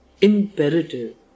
imperative